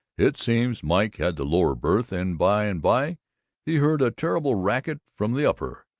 it seems mike had the lower berth and by and by he heard a terrible racket from the upper,